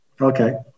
Okay